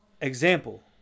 Example